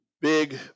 big